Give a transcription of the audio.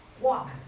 walk